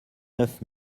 neuf